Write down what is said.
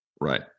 Right